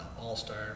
all-star